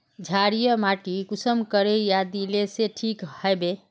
क्षारीय माटी कुंसम करे या दिले से ठीक हैबे?